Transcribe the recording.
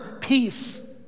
peace